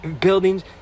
buildings